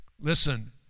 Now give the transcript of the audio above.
Listen